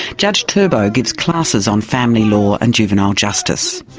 judge turbow gives classes on family law and juvenile justice.